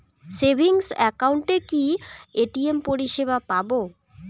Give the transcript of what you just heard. Savings একাউন্টে কি ATM পরিসেবা পাব?